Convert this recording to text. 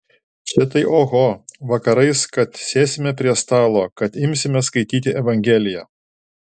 čia tai oho vakarais kad sėsime prie stalo kad imsime skaityti evangeliją